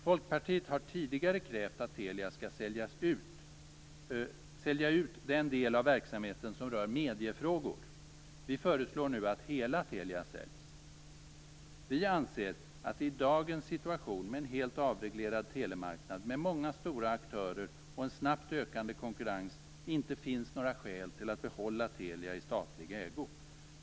Folkpartiet har tidigare krävt att Telia skall sälja ut den del av verksamheten som rör mediefrågor. Vi föreslår nu att hela Telia säljs. Vi anser att det i dagens situation med en helt avreglerad telemarknad, med många stora aktörer och en snabbt ökande konkurrens inte finns några skäl kvar för att behålla Telia i statlig ägo.